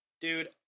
dude